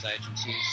agencies